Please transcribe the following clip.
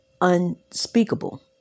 unspeakable